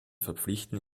verpflichten